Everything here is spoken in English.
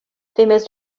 females